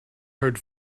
heard